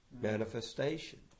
manifestation